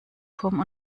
turm